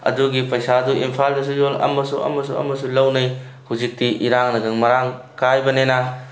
ꯑꯗꯨꯒꯤ ꯄꯩꯁꯥꯗꯨ ꯏꯝꯐꯥꯜꯗꯁꯨ ꯌꯣꯜ ꯑꯃꯁꯨ ꯑꯃꯁꯨ ꯑꯃꯁꯨ ꯂꯧꯅꯩ ꯍꯧꯖꯤꯛꯇꯤ ꯏꯔꯥꯡꯅꯒ ꯃꯔꯥꯡ ꯀꯥꯏꯕꯅꯤꯅ